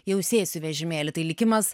jau sėsiu į vežimėlį tai likimas